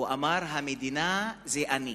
הוא אמר: המדינה זה אני.